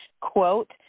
quote